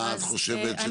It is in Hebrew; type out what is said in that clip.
מה את חושבת שצריך לעשות?